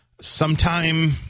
sometime